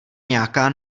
nějaká